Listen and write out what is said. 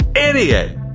Idiot